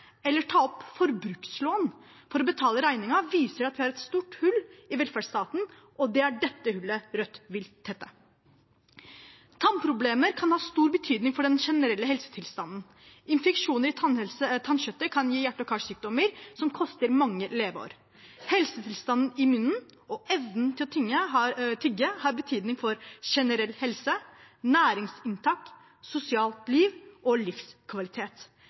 eller ta opp forbrukslån for å betale regningen, viser det at vi har et stort hull i velferdsstaten, og det er dette hullet Rødt vil tette. Tannproblemer kan ha stor betydning for den generelle helsetilstanden. Infeksjoner i tannkjøttet kan gi hjerte- og karsykdommer, som koster mange leveår. Helsetilstanden i munnen og evnen til å tygge har betydning for generell helse, næringsinntak, sosialt liv og livskvalitet.